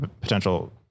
potential